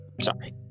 sorry